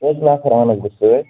کٔژ نفر اَنَکھ بہٕ سۭتۍ